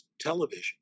television